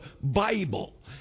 Bible